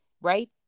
right